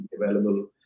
available